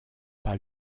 pas